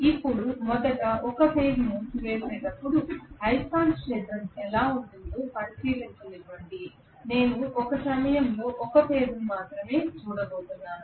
ఇప్పుడు మొదట 1 ఫేజ్ మూసివేసేటప్పుడు అయస్కాంత క్షేత్రం ఎలా ఉంటుందో పరిశీలించనివ్వండి నేను ఒక సమయంలో ఒక ఫేజ్ను మాత్రమే చూడబోతున్నాను